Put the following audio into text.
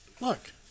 Look